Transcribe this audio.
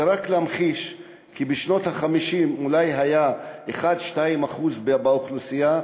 ורק להמחיש: בשנות ה-50 זה אולי היה 1% 2% באוכלוסייה,